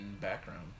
background